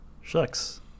Shucks